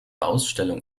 ausstellung